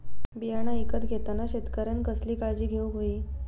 बियाणा ईकत घेताना शेतकऱ्यानं कसली काळजी घेऊक होई?